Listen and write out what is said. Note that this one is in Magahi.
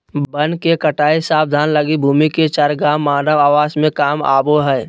वन के कटाई समाधान लगी भूमि के चरागाह मानव आवास में काम आबो हइ